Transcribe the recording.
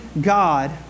God